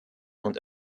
und